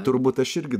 turbūt aš irgi